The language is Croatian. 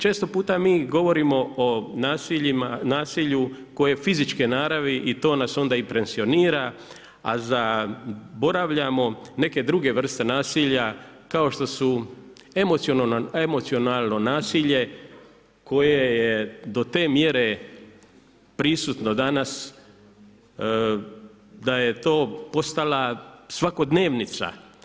Često puta mi govorimo o nasilju koje je fizičke naravi i to nas onda impresionira, a zaboravljamo neke druge vrste nasilja kao što su emocionalno nasilje koje je do te mjere prisutno danas da je to postala svakodnevnica.